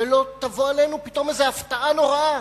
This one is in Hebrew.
שלא תבוא עלינו פתאום איזו הפתעה נוראה.